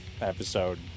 episode